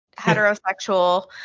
heterosexual